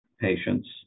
patients